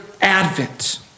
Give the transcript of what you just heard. Advent